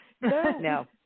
no